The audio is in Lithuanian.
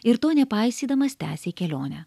ir to nepaisydamas tęsė kelionę